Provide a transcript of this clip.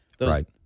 right